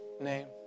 name